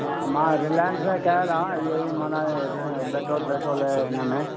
मां रिलायंस में कयल आहे इहो ई मन पेट्रोल पेट्रोल ऐं हिनमें